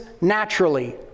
naturally